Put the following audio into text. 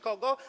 Kogo?